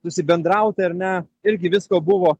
susibendrauti ar ne irgi visko buvo